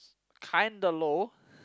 kinda low